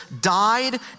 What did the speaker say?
died